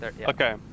Okay